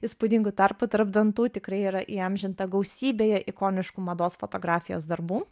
įspūdingu tarpu tarp dantų tikrai yra įamžinta gausybėje ikoniškų mados fotografijos darbų